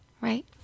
right